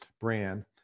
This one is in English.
brand